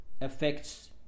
affects